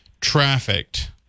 trafficked